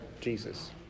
Jesus